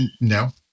No